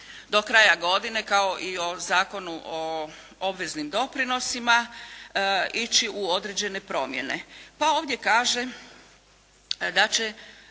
do kraja godine kao i o Zakonu o obveznim doprinosima ići u određene promjene. Pa ovdje kaže da će